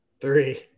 Three